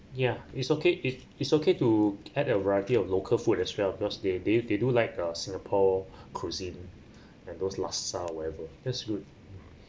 ya it's okay it's okay to add a variety of local food as well because they they they do like uh singapore cuisine and those laksa whatever just good mm